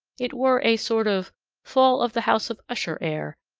it wore a sort of fall of the house of usher air,